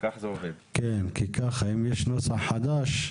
אם יש נוסח חדש,